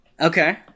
Okay